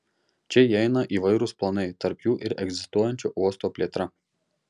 čia įeina įvairūs planai tarp jų ir egzistuojančio uosto plėtra